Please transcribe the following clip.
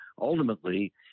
ultimately